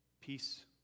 peace